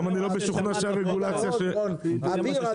אני לא משוכנע שהרגולציה --- אביר,